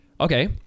Okay